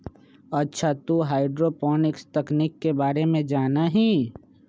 अच्छा तू हाईड्रोपोनिक्स तकनीक के बारे में जाना हीं?